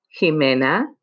Jimena